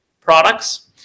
products